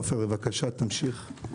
עופר, בבקשה תמשיך.